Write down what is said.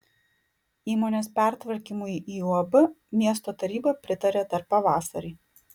įmonės pertvarkymui į uab miesto taryba pritarė dar pavasarį